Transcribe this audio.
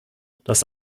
das